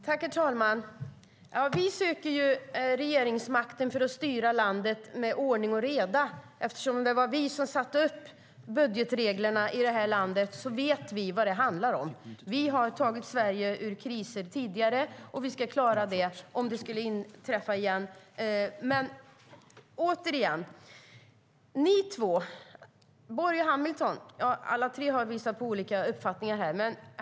Herr talman! Vi söker regeringsmakten för att styra landet med ordning och reda. Eftersom det var vi som satte upp budgetreglerna i det här landet vet vi vad det handlar om. Vi har tagit Sverige ur kriser tidigare, och vi ska klara det om det skulle inträffa igen. Återigen: Ni har alla tre visat på olika uppfattningar här.